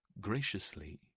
Graciously